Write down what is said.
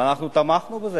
ואנחנו תמכנו בזה.